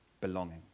belonging